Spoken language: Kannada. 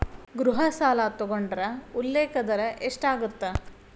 ಗೃಹ ಸಾಲ ತೊಗೊಂಡ್ರ ಉಲ್ಲೇಖ ದರ ಎಷ್ಟಾಗತ್ತ